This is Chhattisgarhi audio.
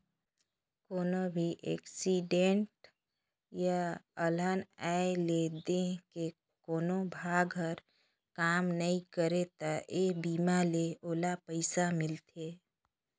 कोनो भी एक्सीडेंट य अलहन आये ले देंह के कोनो भाग हर काम नइ करे त ए बीमा ले ओला पइसा मिलथे